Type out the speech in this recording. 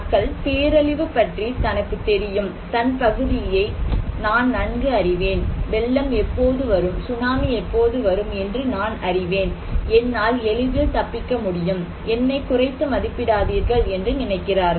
மக்கள் பேரழிவு பற்றி தனக்கு தெரியும் என் பகுதியை நான் நன்கு அறிவேன் வெள்ளம் எப்போது வரும் சுனாமி எப்போது வரும் என்று நான் அறிவேன் என்னால் எளிதில் தப்பிக்க முடியும் என்னை குறைத்து மதிப்பிடாதீர்கள் என்று நினைக்கிறார்கள்